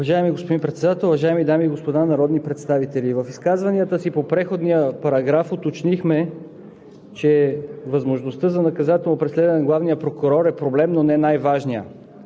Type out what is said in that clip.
Уважаеми господин Председател, уважаеми дами и господа народни представители! В изказванията си по предходния параграф уточнихме, че възможността за наказателно преследване на главния прокурор е проблем, но не най-важният